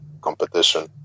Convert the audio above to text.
competition